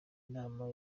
inama